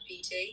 PT